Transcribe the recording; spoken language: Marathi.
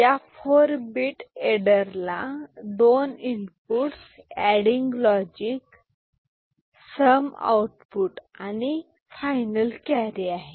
या 4 bit फेडररला दोन inputs adding logic sum output आणि फायनल कॅरी आहे